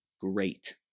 great